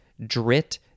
Drit